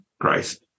Christ